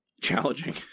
challenging